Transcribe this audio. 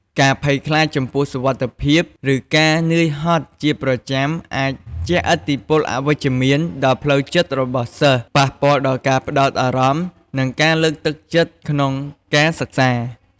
ការភ័យខ្លាចចំពោះសុវត្ថិភាព ឬការនឿយហត់ជាប្រចាំអាចជះឥទ្ធិពលអវិជ្ជមានដល់ផ្លូវចិត្តរបស់សិស្ស ប៉ះពាល់ដល់ការផ្តោតអារម្មណ៍ និងការលើកទឹកចិត្តក្នុងការសិក្សា។